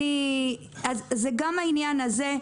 זה גם העניין הזה,